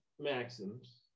maxims